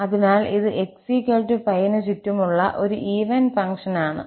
അതിനാൽ ഇത് 𝑥 𝜋 ന് ചുറ്റുമുള്ള ഒരു ഈവൻ ഫംഗ്ഷനാണ്